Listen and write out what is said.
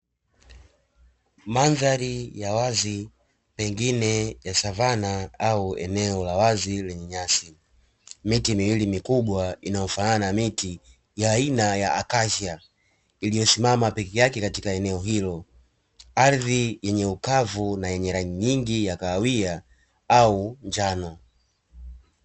Mandhari ya wazi pengine ya savana au eneo la wazi lenye nyasi, miti miwili mikubwa inayofanana na miti ya aina akasia, iliyosimama peke yake katika eneo hilo. Ardhi yenye ukavu na yenye rangi nyingi ya kahawia au njano